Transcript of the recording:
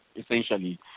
essentially